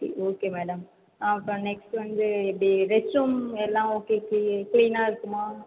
okay okay madam அப்புறம் next வந்து எப்படி ரெஸ்ட் ரூம் எல்லாம் ஓகே க்ளீனாக இருக்குமா